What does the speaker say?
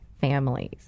families